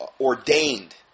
ordained